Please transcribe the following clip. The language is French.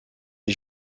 est